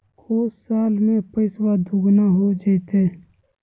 को साल में पैसबा दुगना हो जयते?